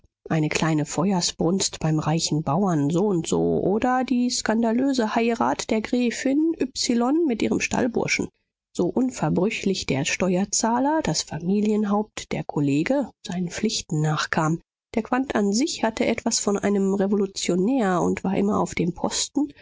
eine kleine feuersbrunst beim reichen bauern soundso oder die skandalöse heirat der gräfin ypsilon mit ihrem stallburschen so unverbrüchlich der steuerzahler das familienhaupt der kollege seinen pflichten nachkam der quandt an sich hatte etwas von einem revolutionär und war immer auf dem posten